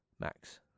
Max